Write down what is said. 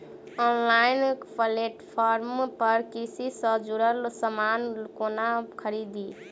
Online platform पर कृषि सँ जुड़ल समान कोना खरीदी?